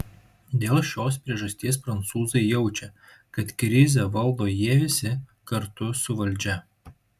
dėl šios priežasties prancūzai jaučia kad krizę valdo jie visi kartu su valdžia